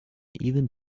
even